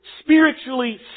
spiritually